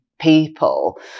people